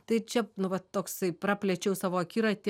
tai čia nu va toksai praplėčiau savo akiratį